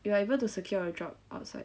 you are able to secure a job outside